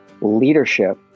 leadership